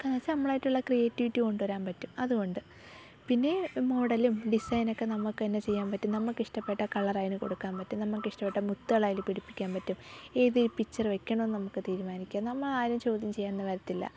കാരണം വെച്ചാൽ നമ്മളായിട്ടുള്ള ക്രിയേറ്റിവിറ്റി കൊണ്ടുവരാൻ പറ്റും അതുകൊണ്ട് പിന്നെ മോഡലും ഡിസൈനും ഒക്കെ നമുക്ക് തന്നെ ചെയ്യാൻ പറ്റും നമുക്കിഷ്ടപ്പെട്ട കളർ അതിന് കൊടുക്കാൻ പറ്റും നമുക്കിഷ്ടപ്പെട്ട മുത്തുകൾ അതിൽ പിടിപ്പിക്കാൻ പറ്റും ഏത് ഈ പിച്ചർ വയ്ക്കണമെന്ന് നമുക്ക് തീരുമാനിക്കാം നമ്മളെ ആരും ചോദ്യം ചെയ്യാനൊന്നും വരത്തില്ല